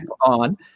on